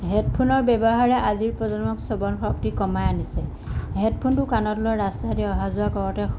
হেডফোনৰ ব্যৱহাৰে আজিৰ প্ৰজন্মক শ্ৰৱণশক্তি কমাই আনিছে হেডফোনটো কাণত লৈ ৰাস্তাইদি অহা যোৱা কৰোঁতে